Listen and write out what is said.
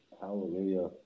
Hallelujah